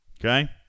Okay